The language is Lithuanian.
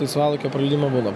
laisvalaikio praleidimo būdą